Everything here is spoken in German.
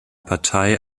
partei